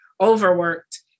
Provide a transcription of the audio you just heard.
overworked